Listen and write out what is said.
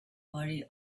body